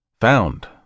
Found